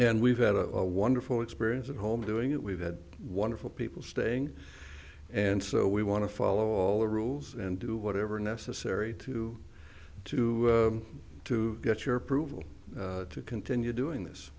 and we've had a wonderful experience at home doing it we've had wonderful people staying and so we want to follow all the rules and do whatever necessary to to to get your approval to continue doing this